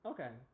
Okay